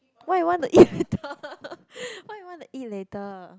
what you want to eat later what you want to eat later